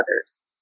others